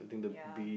ya